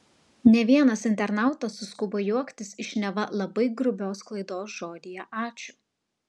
ne vienas internautas suskubo juoktis iš neva labai grubios klaidos žodyje ačiū